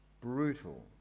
brutal